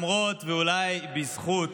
ואולי בזכות,